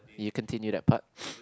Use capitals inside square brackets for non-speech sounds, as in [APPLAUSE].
you continue that part [NOISE]